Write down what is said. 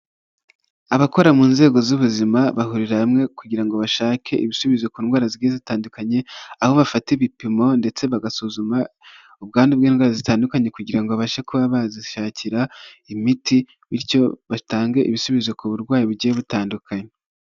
Abakora mu nzego z'ubuzima bahurira hamwe kugira ngo bashake ibisubizo ku ndwara zigiye zitandukanye, aho bafata ibipimo ndetse bagasuzuma ubwandu bw'indwara zitandukanye kugira ngo babashe kuba bazishakira imiti bityo batange ibisubizo ku burwayi bugiye butandukanye.